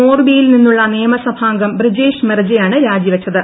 മോർബിയിൽ നിന്നുളള നിയമസഭാർഗ്ഗം ബ്രിജേഷ് മെർജയാണ് രാജിവച്ചത്